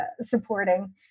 supporting